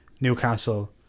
Newcastle